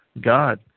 God